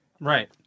right